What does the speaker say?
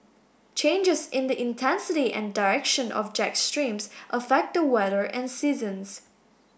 changes in the intensity and direction of jet streams affect the weather and seasons